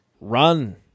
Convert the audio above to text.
Run